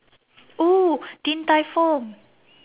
oo din tai fung